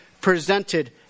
presented